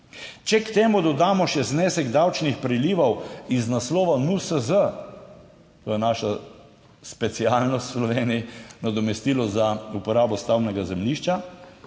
Če k temu dodamo še znesek davčnih prilivov iz naslova NUSZ - to je naša specialnost v Sloveniji, nadomestilo za uporabo stavbnega zemljišča